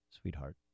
sweetheart